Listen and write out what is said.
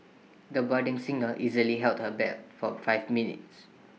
the budding singer easily held her bed for five minutes